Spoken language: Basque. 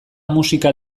musika